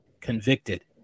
convicted